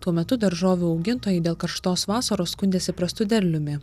tuo metu daržovių augintojai dėl karštos vasaros skundėsi prastu derliumi